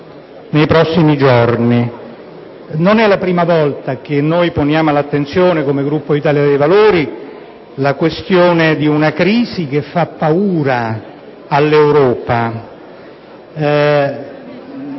nei prossimi giorni. Non è la prima volta che noi poniamo all'attenzione del Senato, come Gruppo Italia dei Valori, la questione di una crisi che fa paura all'Europa.